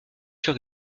sur